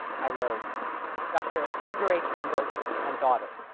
i wrote dr. edgar h. humbert and daughter,